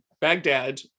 Baghdad